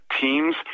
Teams